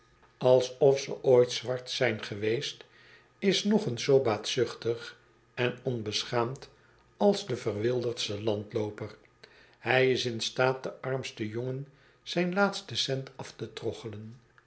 alsof ze nooit landloopers zwart zijn geweest is nog eens zoo baatzuchtig en onbeschaamd als de verwilderdste landlooper hij is in staat den armsten jongen zijn laatsten cent af te